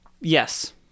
Yes